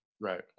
Right